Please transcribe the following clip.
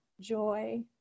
joy